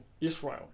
Israel